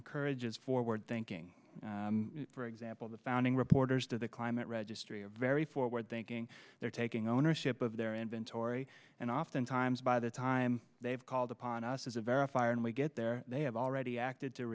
encourages forward thinking for example the founding reporters to the climate registry a very forward thinking they're taking ownership of their inventory and oftentimes by the time they've called upon us as a verifier and we get there they have already acted to